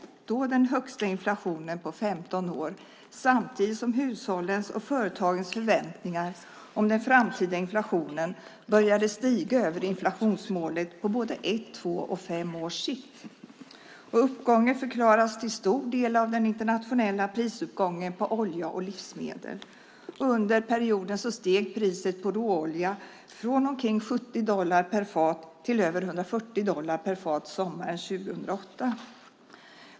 Det var då den högsta inflationen på 15 år samtidigt som hushållens och företagens förväntningar om den framtida inflationen började stiga över inflationsmålet på både ett, två och fem års sikt. Uppgången förklaras till stor del av den internationella prisuppgången på olja och livsmedel. Under perioden steg priset på råolja från omkring 70 dollar per fat till över 140 dollar per fat sommaren 2008.